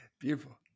Beautiful